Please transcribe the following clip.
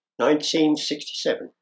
1967